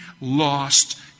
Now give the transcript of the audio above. lost